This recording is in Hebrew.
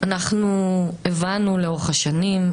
אנחנו הבנו לאורך השנים,